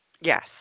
Yes